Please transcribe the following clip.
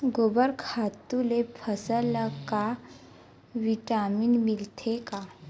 गोबर खातु ले फसल ल का विटामिन मिलथे का?